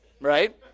right